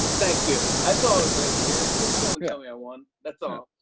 thank you. that's all i was waiting to hear just someone telling i won. that's all.